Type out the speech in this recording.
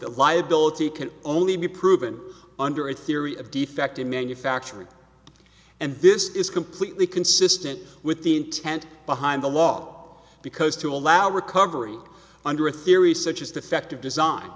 liability can only be proven under a theory of defect in manufacturing and this is completely consistent with the intent behind the law because to allow recovery under a theory such as defective design